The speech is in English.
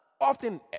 Often